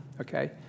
okay